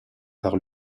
par